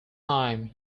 time